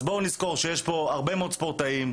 אז בואו נזכור שיש פה הרבה מאוד ספורטאים,